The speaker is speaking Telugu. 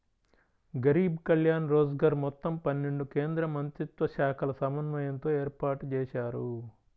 గరీబ్ కళ్యాణ్ రోజ్గర్ మొత్తం పన్నెండు కేంద్రమంత్రిత్వశాఖల సమన్వయంతో ఏర్పాటుజేశారు